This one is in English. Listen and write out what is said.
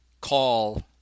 call